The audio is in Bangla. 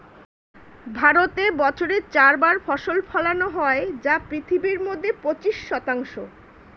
ভারতে বছরে চার বার ফসল ফলানো হয় যা পৃথিবীর মধ্যে পঁচিশ শতাংশ